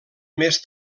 més